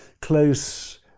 close